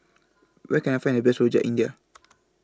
Where Can I Find The Best Rojak India